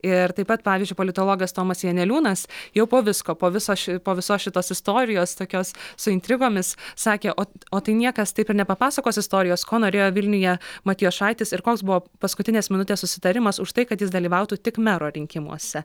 ir taip pat pavyzdžiui politologas tomas janeliūnas jau po visko po viso ši po visos šitos istorijos tokios su intrigomis sakė o o tai niekas taip ir nepapasakos istorijos ko norėjo vilniuje matijošaitis ir koks buvo paskutinės minutės susitarimas už tai kad jis dalyvautų tik mero rinkimuose